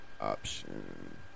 option